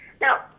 Now